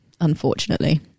unfortunately